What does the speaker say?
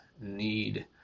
need